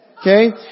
Okay